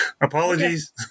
Apologies